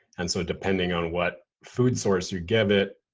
and so, depending on what food source you give it,